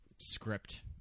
script